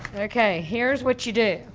okay, here's what you do.